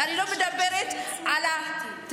זה